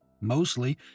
mostly